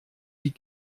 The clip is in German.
die